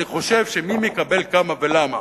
אני חושב שמי מקבל כמה ולמה,